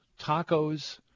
tacos